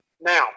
Now